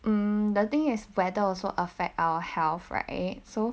mm the thing is weather also affect our health right so